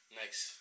next